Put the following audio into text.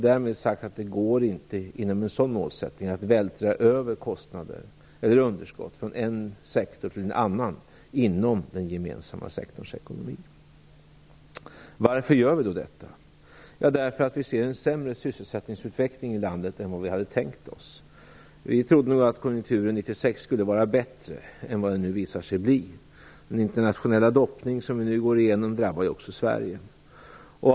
Därmed har jag sagt att det inom en sådan målsättning inte går att vältra över kostnader eller underskott från en sektor till en annan inom den gemensamma sektorns ekonomi. Varför gör vi då detta? Jo, därför att vi ser en sämre sysselsättningsutveckling i landet än vad vi hade tänkt oss. Vi trodde nog att konjunkturen 1996 skulle vara bättre än vad den nu visar sig bli. Den internationella doppning som vi nu går igenom drabbar ju också Sverige.